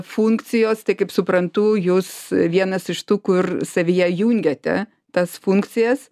funkcijos tai kaip suprantu jūs vienas iš tų kur savyje jungiate tas funkcijas